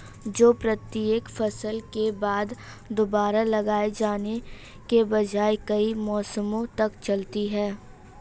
जो प्रत्येक फसल के बाद दोबारा लगाए जाने के बजाय कई मौसमों तक चलती है